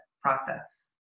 process